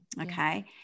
okay